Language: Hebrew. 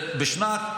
בשנת